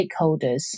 stakeholders